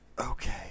Okay